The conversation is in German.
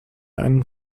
ein